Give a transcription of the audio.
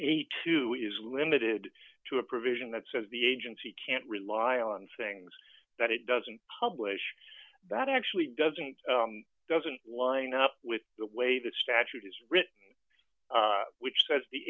he too is limited to a provision that says the agency can't rely on things that it doesn't publish that actually doesn't doesn't line up with the way the statute is written which says the